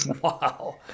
Wow